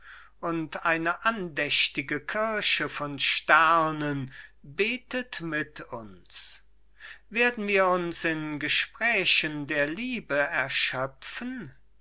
und eine andächtige kirche von sternen betet mit uns werden wir uns in gesprächen der liebe erschöpfen